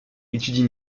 étudie